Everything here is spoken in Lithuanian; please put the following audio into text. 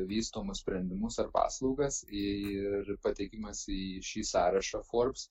vystomus sprendimus ar paslaugas ir patekimas į šį sąrašą forbes